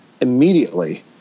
immediately